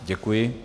Děkuji.